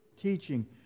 teaching